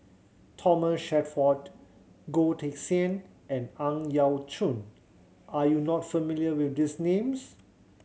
Thomas Shelford Goh Teck Sian and Ang Yau Choon are you not familiar with these names